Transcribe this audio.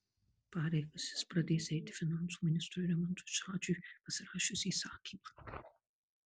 pareigas jis pradės eiti finansų ministrui rimantui šadžiui pasirašius įsakymą